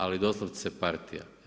Ali doslovce partija.